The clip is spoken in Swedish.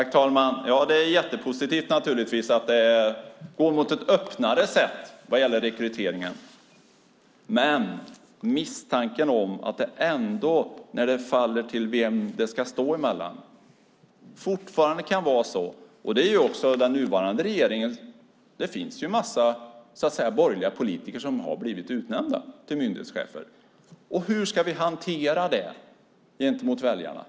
Fru talman! Det är naturligtvis jättepositivt att det går mot ett öppnare sätt när det gäller rekrytering. Men när det kommer till vilka det ska stå emellan kan det även med nuvarande regering finnas en misstanke. Det finns ju en massa borgerliga politiker som har blivit utnämnda till myndighetschefer. Hur ska vi hantera detta gentemot väljarna?